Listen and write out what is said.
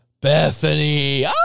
Bethany